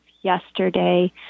yesterday